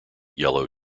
yellow